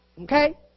okay